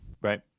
Right